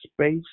space